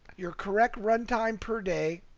your correct run time per day